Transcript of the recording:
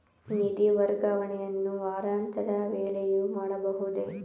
ನಿಧಿ ವರ್ಗಾವಣೆಯನ್ನು ವಾರಾಂತ್ಯದ ವೇಳೆಯೂ ಮಾಡಬಹುದೇ?